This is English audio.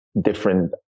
different